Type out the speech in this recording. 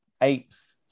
eighth